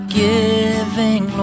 giving